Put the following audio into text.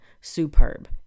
superb